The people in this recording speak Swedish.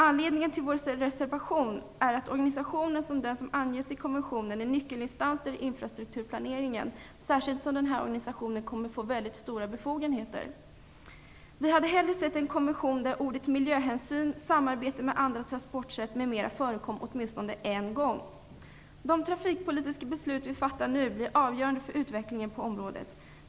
Anledningen till vår reservation är att organisationer som den som anges i konventionen är nyckelinstanser i infrastrukturplaneringen, särskilt som den här organisationen kommer att få mycket stora befogenheter. Vi hade hellre sett en konvention där orden miljöhänsyn, samarbete med andra transportsätt, m.m. förekom åtminstone en gång. De trafikpolitiska beslut vi fattar nu blir avgörande för utvecklingen på området.